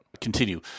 Continue